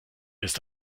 ist